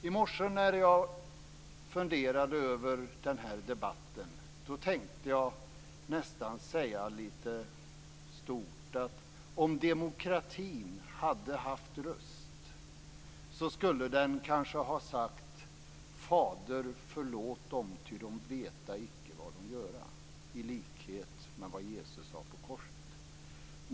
I morse när jag funderade över den här debatten tänkte jag nästan lite stort säga att om demokratin hade haft röst skulle den, i likhet med vad Jesus sade på korset, kanske ha sagt: Fader, förlåt dem, ty de veta icke vad de göra.